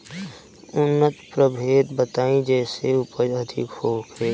उन्नत प्रभेद बताई जेसे उपज अधिक होखे?